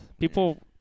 People